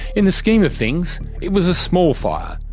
in the scheme of things, it was a small fire,